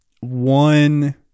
one